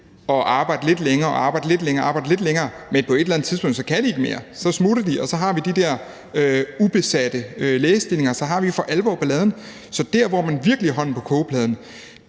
få de her læger til at arbejde længere og endnu lidt længere, men på et eller andet tidspunkt kan de ikke mere; så smutter de, og så har vi de der ubesatte lægestillinger, og så har vi for alvor balladen. Så der, hvor man virkelig har hånden på kogepladen,